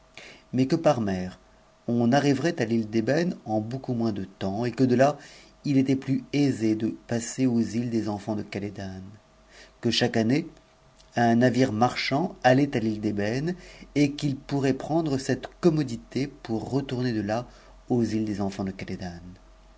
mais que par mer on arriverait à l'île t hx'tk on beaucoup moins de temps et que de là il était plus aisé de aux îles des entants de kbatedan que chaque année un navire mn hand allait à l'île d'ëbëne et qu'il pourrait prendre cette commodité m retourner de là aux îles des enfants de